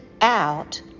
out